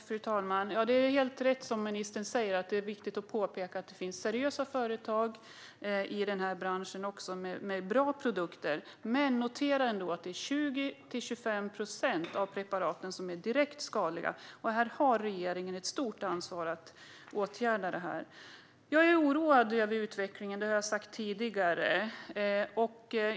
Fru talman! Det ministern säger är helt rätt; det är viktigt att påpeka att det också finns seriösa företag i branschen, som har bra produkter. Men notera att 20-25 procent av preparaten är direkt skadliga. Regeringen har ett stort ansvar för att åtgärda det. Jag är oroad över utvecklingen. Det har jag sagt tidigare.